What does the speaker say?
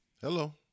hello